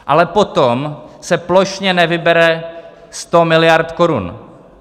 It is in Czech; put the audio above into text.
Ale potom se plošně nevybere 100 miliard korun.